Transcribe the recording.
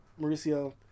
Mauricio